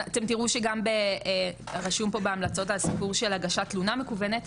אתם תראו שגם רשום פה בהמלצות על הסיפור של הגשת תלונה מקוונת,